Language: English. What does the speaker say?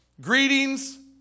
Greetings